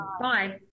Bye